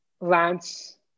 Lance